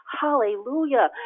Hallelujah